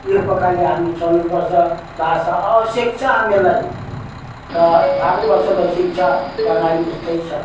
यो प्रकारले हामी चल्नुपर्छ भाषा आवश्यक छ हामीहरूलाई र भारतवर्षको शिक्षा प्रणाली यस्तै छ